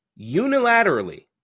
unilaterally